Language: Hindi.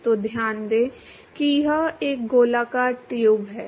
तो ध्यान दें कि यह एक गोलाकार ट्यूब है